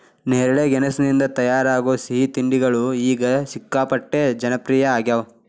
ನೇರಳೆ ಗೆಣಸಿನಿಂದ ತಯಾರಾಗೋ ಸಿಹಿ ತಿಂಡಿಗಳು ಈಗ ಸಿಕ್ಕಾಪಟ್ಟೆ ಜನಪ್ರಿಯ ಆಗ್ಯಾವ